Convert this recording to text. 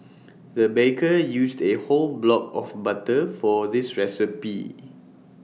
the baker used A whole block of butter for this recipe